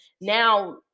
now